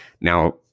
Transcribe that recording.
Now